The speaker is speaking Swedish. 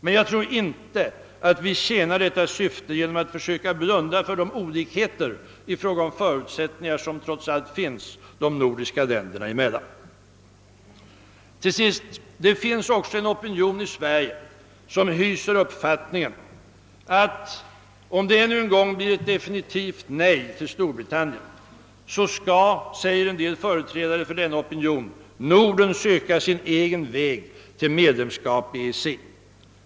Men jag tror inte att vi tjänar detta syfte genom att försöka blunda för de olikheter i fråga om förutsättningar som trots allt finns de nordiska länderna emellan. Till sist: Det finns också en opinion i Sverige som hyser uppfattningen att, ifall det ännu en gång blir ett definitivt nej till Storbritannien, så skall, som en del företrädare för denna opinion säger, Norden söka sin egen väg till medlemskap i EEC.